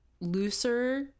looser